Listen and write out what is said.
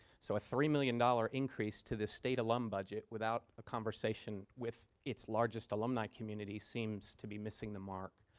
so a three million dollars increase to the state alum budget without a conversation with its largest alumni community seems to be missing the mark.